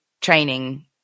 training